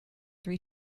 three